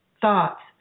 thoughts